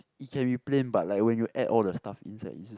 it can be plain but like when you add all the stuff inside it just